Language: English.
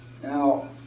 Now